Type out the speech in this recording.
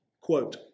Quote